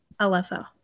LFO